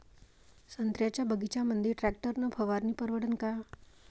संत्र्याच्या बगीच्यामंदी टॅक्टर न फवारनी परवडन का?